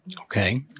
Okay